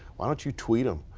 why don't you tweet them.